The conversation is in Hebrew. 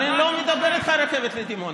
אבל אני לא מדבר איתך על רכבת לדימונה.